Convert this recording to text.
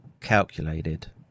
calculated